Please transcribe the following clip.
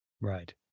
Right